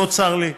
מאוד צר לי.